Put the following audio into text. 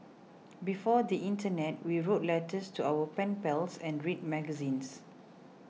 before the Internet we wrote letters to our pen pals and read magazines